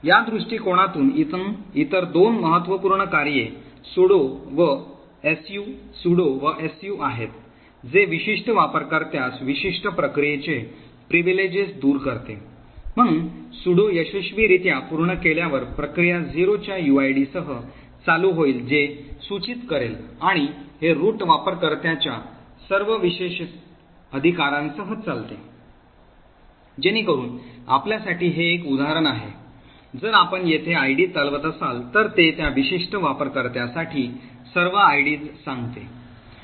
या दृष्टीकोनातून इतर दोन महत्त्वपूर्ण कार्ये sudo व su sudo व su आहेत जे विशिष्ट वापरकर्त्यास विशिष्ट प्रक्रियेचे विशेषाधिकार दूर करते म्हणून sudo यशस्वीरित्या पूर्ण केल्यावर प्रक्रिया 0 च्या uid सह चालू होईल जे सूचित करेल आणि हे रूट वापरकर्त्याच्या सर्व विशेषाधिकारांसह चालते जेणेकरून आपल्यासाठी हे एक उदाहरण आहे जर आपण येथे id चालवत असाल तर ते त्या विशिष्ट वापरकर्त्यासाठी सर्व ids सांगते